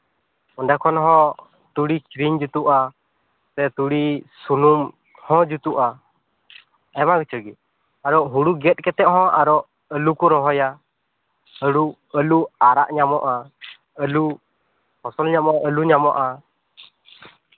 ᱚᱸᱰᱮ ᱠᱷᱚᱱ ᱦᱚᱸ ᱛᱩᱲᱤ ᱠᱤᱨᱤᱧ ᱡᱩᱛᱩᱜᱼᱟ ᱥᱮ ᱛᱩᱲᱤ ᱥᱩᱱᱩᱢ ᱦᱚᱸ ᱡᱩᱛᱩᱜᱼᱟ ᱟᱭᱢᱟ ᱠᱤᱪᱷᱩ ᱜᱮ ᱟᱨᱚ ᱦᱩᱲᱩ ᱜᱮᱫ ᱠᱟᱛᱮᱫ ᱦᱚᱸ ᱟᱨᱚ ᱟᱹᱞᱩ ᱠᱚ ᱨᱚᱦᱚᱭᱟ ᱟᱹᱞᱩ ᱟᱹᱞᱩ ᱟᱨᱟᱜ ᱧᱟᱢᱚᱜᱼᱟ ᱟᱹᱞᱩ ᱯᱷᱚᱥᱚᱞ ᱧᱟᱢᱚᱜᱼᱟ ᱟᱹᱞᱩ ᱧᱟᱢᱚᱜᱼᱟ